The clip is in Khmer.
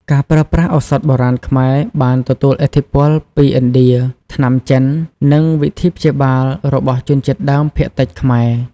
ការប្រើប្រាស់ឱសថបុរាណខ្មែរបានទទួលឥទ្ធិពលពី ឥណ្ឌា ថ្នាំចិន និងវិធីព្យាបាលរបស់ជនជាតិដើមភាគតិចខ្មែរ។